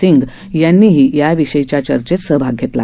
सिंग यांनीही याविषयीच्या चर्चेत सहभाग घेतला